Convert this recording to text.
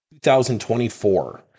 2024